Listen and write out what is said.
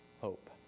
hope